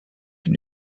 can